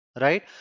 right